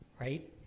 right